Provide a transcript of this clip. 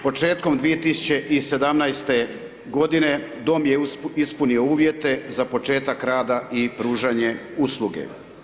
Početkom 2017.-te godine Dom je ispunio uvjete za početak rada i pružanje usluge.